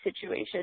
situation